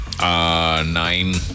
Nine